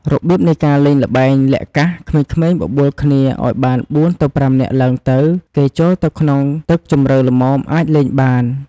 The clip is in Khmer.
របៀបនៃការលេងល្បែងលាក់កាសក្មេងៗបបួលគ្នាឲ្យបាន ៤-៥ ចាក់ឡើងទៅ គេ ចូលទៅក្នុងទឹកជម្រៅល្មមអាចលេងបាន។